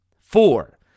four